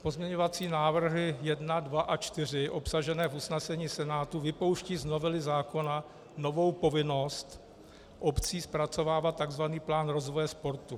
Pozměňovací návrhy 1, 2 a 4 obsažené v usnesení Senátu vypouštějí z novely zákona novou povinnost obcí zpracovávat tzv. plán rozvoje sportu.